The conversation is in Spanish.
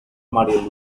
marie